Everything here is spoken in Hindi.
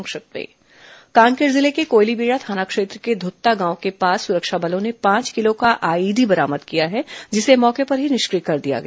संक्षिप्त समाचार कांकेर जिले के कोयलीबेड़ा थाना क्षेत्र में ध्रत्ता गांव के पास सुरक्षा बलों ने पांच किलो का आईईडी बरामद किया है जिसे मौके पर ही निष्क्रिय कर दिया गया